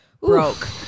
broke